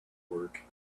work